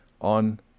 on